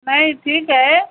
नाही ठीक आहे